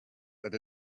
that